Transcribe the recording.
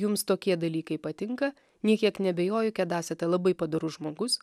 jums tokie dalykai patinka nė kiek neabejoju kad esate labai padorus žmogus